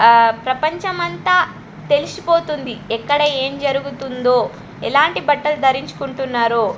ప్రపంచమంతా తెలిసిపోతుంది ఎక్కడ ఏం జరుగుతుందో ఎలాంటి బట్టలు ధరించుకుంటున్నారో